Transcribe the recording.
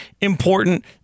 important